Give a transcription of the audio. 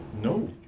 No